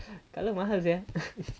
colour mahal sia